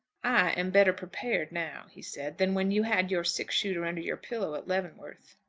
am better prepared now, he said, than when you had your six-shooter under your pillow at leavenworth.